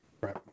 Right